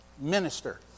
minister